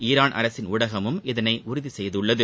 Iran அரசின் ஊடகமும் இதனை உறுதி செய்துள்ளது